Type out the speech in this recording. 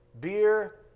beer